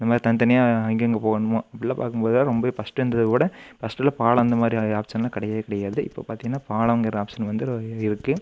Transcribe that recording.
இந்த மாதிரி தனித்தனியாக எங்கெங்கே போவணுமோ இப்டிலாம் பார்க்கும்போது தான் ரொம்ப பஸ்ட் இருந்ததோட பஸ்ட்டெல்லாம் பாலம் அந்த மாதிரி ஆப்ஷன்லாம் கிடையவே கிடையாது இப்போது பார்த்தீங்கன்னா பாலம்ங்கிற ஆப்ஷன் வந்து ரெ இருக்குது